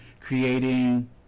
creating